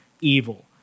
evil